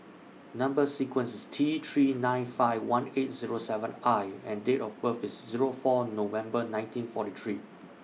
Number sequence IS T three nine five one eight Zero seven I and Date of birth IS Zero four November nineteen forty three